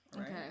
Okay